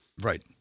Right